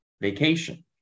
vacation